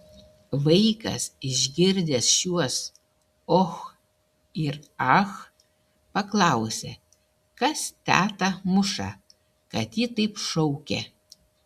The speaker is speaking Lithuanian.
vaikas išgirdęs šiuos och ir ach paklausė kas tetą muša kad ji taip šaukia